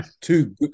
Two